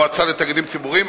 לתאגידים ציבוריים,